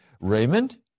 Raymond